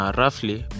roughly